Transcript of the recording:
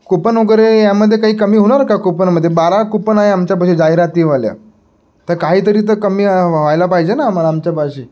coupon वगैरे यामध्ये काही कमी होणार का कुपनमध्ये बारा कुपन आहे आमच्यापाशी जाहिरातीवाल्या तर काहीतरी तर कमी व्हायला पाहिजे ना आम्हाला आमच्यापाशी